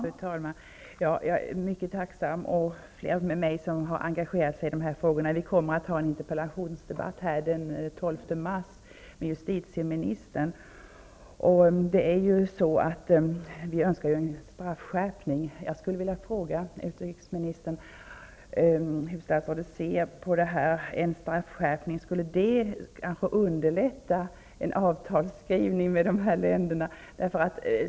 Fru talman! Jag är mycket tacksam för svaret. Det är flera med mig som har engagerat sig i dessa frågor. Det kommer att bli en interpellationsdebatt här i kammaren med justitieministern den 12 mars. Vi önskar ju en straffskärpning. Jag vill fråga utrikesministern hur hon ser på en straffskärpning. Skulle det kanske underlätta att det träffas avtal med dessa länder?